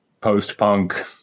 post-punk